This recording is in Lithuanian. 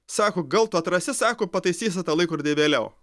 sako gal tu atrasi sako pataisysi tą laikrodį vėliau